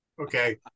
Okay